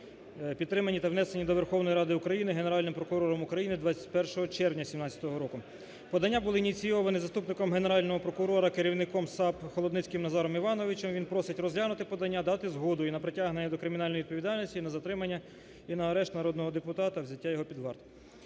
підтримані та внесені до Верховної Ради України Генеральним прокурором України 21 червня 17-го року. Подання були ініційовані заступником Генерального прокурора, керівником САП Холодницьким Назаром Івановичем. Він просить розглянути подання, дати згоду і на притягнення до кримінальної відповідальності, і на затримання, і на арешт народного депутата, взяття його під варту.